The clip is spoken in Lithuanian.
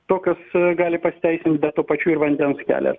tokios gali pasiteisint bet tuo pačiu ir vandens kelias